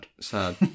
Sad